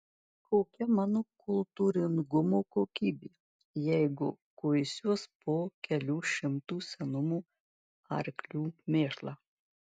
kokia mano kultūringumo kokybė jeigu kuisiuos po kelių šimtų senumo arklių mėšlą